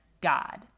God